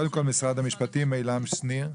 קודם כל משרד המשפטים, עילם שניר.